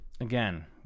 Again